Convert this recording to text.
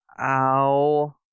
Ow